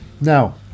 now